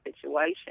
situation